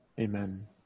Amen